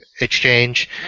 Exchange